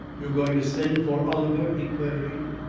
you are going to send for oliver? he queried.